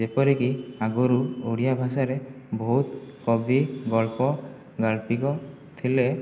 ଯେପରିକି ଆଗରୁ ଓଡ଼ିଆ ଭାଷାରେ ବହୁତ କବି ଗଳ୍ପ ଗାଳ୍ପିକ ଥିଲେ